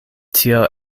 tio